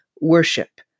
worship